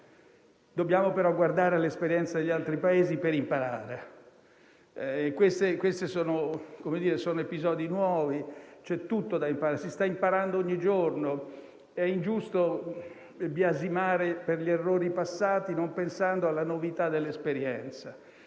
dobbiamo guardare all'esperienza degli altri Paesi per imparare. Questi sono episodi nuovi, c'è tutto da imparare e si sta imparando ogni giorno. È ingiusto biasimare per gli errori passati non pensando alla novità dell'esperienza.